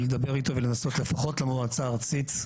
לדבר איתו ולנסות לפחות למועצה הארצית,